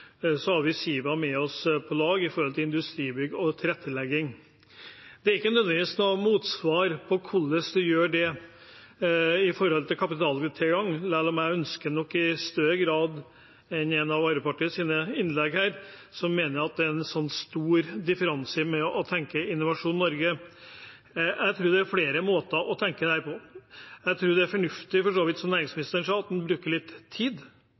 Vi hadde Siva med oss på lag med tanke på industribygg og tilrettelegging. Det er ikke nødvendigvis noe motsvar til hvordan en gjør det med hensyn til kapitaltilgang, selv om jeg ønsker nok det i større grad enn det som ble gitt uttrykk for her i et av innleggene fra Arbeiderpartiet, som mener at det er en så stor differanse i forhold til å tenke Innovasjon Norge. Jeg tror det er flere måter å tenke rundt dette på. Jeg tror for så vidt det er fornuftig, som næringsministeren sa, at en bruker litt tid